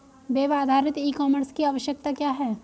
Web आधारित e commerce की आवश्यकता क्या है?